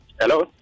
Hello